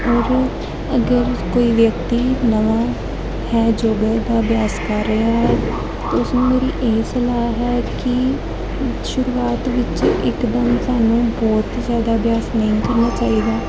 ਔਰ ਅਗਰ ਕੋਈ ਵਿਅਕਤੀ ਨਵਾਂ ਹੈ ਯੋਗਾ ਦਾ ਅਭਿਆਸ ਕਰ ਰਿਹਾ ਹੈ ਉਸ ਨੂੰ ਮੇਰੀ ਇਹ ਸਲਾਹ ਹੈ ਕਿ ਸ਼ੁਰੂਆਤ ਵਿੱਚ ਇਕਦਮ ਸਾਨੂੰ ਬਹੁਤ ਜ਼ਿਆਦਾ ਅਭਿਆਸ ਨਹੀਂ ਕਰਨਾ ਚਾਹੀਦਾ